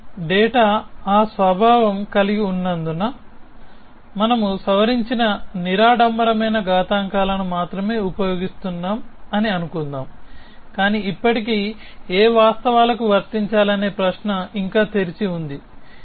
మా డేటా ఆ స్వభావం కలిగి ఉన్నందున మనము సవరించిన నిరాడంబరమైన ఘాతాంకాలను మాత్రమే ఉపయోగిస్తున్నాం అని అనుకుందాం కాని ఇప్పటికీ ఏ వాస్తవాలకు వర్తించాలనే ప్రశ్న ఇంకా తెరిచి ఉంది